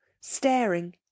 staring